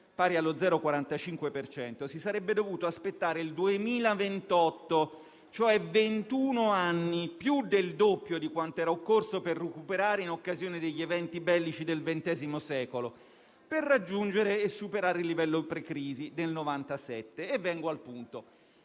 pari allo 0,45 per cento, si sarebbe dovuto aspettare il 2028, cioè ventun anni, più del doppio di quanto era occorso per recuperare in occasione degli eventi bellici del XX secolo, per raggiungere e superare il livello pre-crisi del 1997. Vengo al punto.